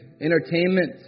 entertainment